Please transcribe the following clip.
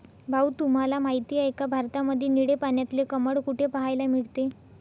भाऊ तुम्हाला माहिती आहे का, भारतामध्ये निळे पाण्यातले कमळ कुठे पाहायला मिळते?